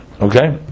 Okay